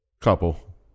Couple